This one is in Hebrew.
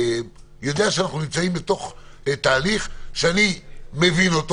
אני יודע שאנחנו נמצאים בתוך תהליך שאני מבין אותו.